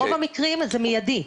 ברוב המקרים זה מיידי.